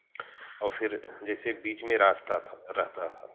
और फिर जैसे बीच में रास्ता था रहता था